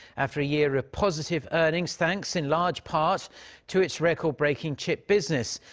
after a year of positive earnings thanks in large part to its record-breaking chip business.